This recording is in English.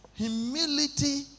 Humility